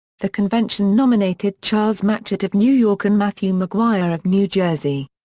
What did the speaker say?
the convention nominated charles matchett of new york and matthew maguire of new jersey.